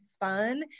fun